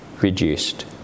reduced